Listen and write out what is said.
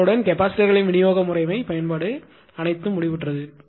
இதனுடன் கெப்பாசிட்டர்களின் விநியோக முறைமை பயன்பாடு அனைத்தும் முடிவுற்றது